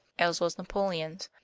as was napoleon's.